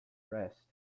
rest